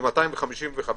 ל-250 ו-500.